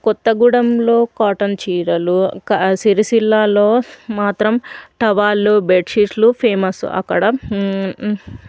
కొత్తగూడెంలో కాటన్ చీరలు సిరిసిల్లాలో మాత్రం టవాళ్ళు బెడ్షీట్లు ఫేమస్ అక్కడ